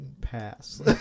Pass